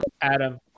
Adam